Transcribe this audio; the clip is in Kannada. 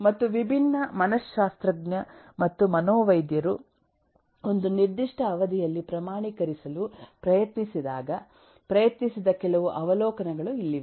ಮತ್ತು ವಿಭಿನ್ನ ಮನಶ್ಶಾಸ್ತ್ರಜ್ಞ ಮತ್ತು ಮನೋವೈದ್ಯರು ಒಂದು ನಿರ್ದಿಷ್ಟ ಅವಧಿಯಲ್ಲಿ ಪ್ರಮಾಣೀಕರಿಸಲು ಪ್ರಯತ್ನಿಸಿದ ಕೆಲವು ಅವಲೋಕನಗಳು ಇಲ್ಲಿವೆ